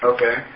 Okay